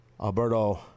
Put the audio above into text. alberto